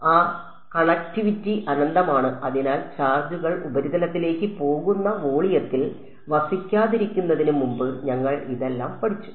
ആ കണക്റ്റിവിറ്റി അനന്തമാണ് അതിനാൽ ചാർജുകൾ ഉപരിതലത്തിലേക്ക് പോകുന്ന വോളിയത്തിൽ വസിക്കാതിരിക്കുന്നതിന് മുമ്പ് ഞങ്ങൾ ഇതെല്ലാം പഠിച്ചു